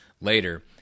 later